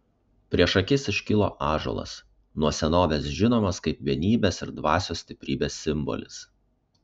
prieš akis iškilo ąžuolas nuo senovės žinomas kaip vienybės ir dvasios stiprybės simbolis